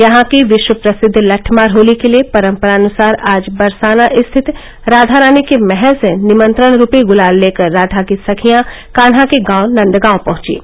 यहां की विश्व प्रसिद्ध लट्ठमार होली के लिए परम्परानुसार आज बरसाना स्थित राधा रानी के महल से निमंत्रण रूपी गुलाल लेकर राधा की सखियां कान्हा के गांव नन्दगांव पहचीं